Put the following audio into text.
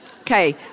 Okay